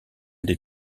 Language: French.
des